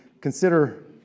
consider